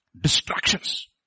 Distractions